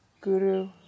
guru